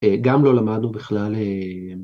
גם לא למדנו בכלל.